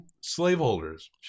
slaveholders